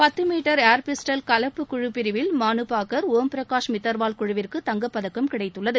பத்து metre air pistol கலப்பு குழு பிரிவில் மனு பாக்கர் ஓம் பிரகாஷ் மித்தர்வால் குழுவிற்கு தங்கப்பதக்கம் கிடைத்துள்ளது